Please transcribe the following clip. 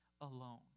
alone